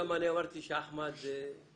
רוני לידור.